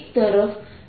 V